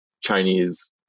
Chinese